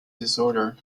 disorder